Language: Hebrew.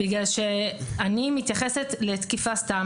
אני מתייחסת לתקיפה סתם